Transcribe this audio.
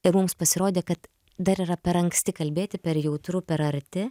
ir mums pasirodė kad dar yra per anksti kalbėti per jautru per arti